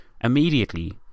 Immediately